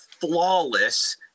flawless